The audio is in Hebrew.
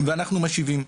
ואנחנו משיבים.